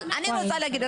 אבל אני רוצה להגיד,